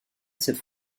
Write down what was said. cette